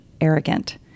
arrogant